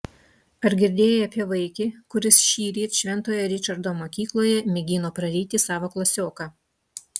ar girdėjai apie vaikį kuris šįryt šventojo ričardo mokykloje mėgino praryti savo klasioką